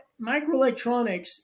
microelectronics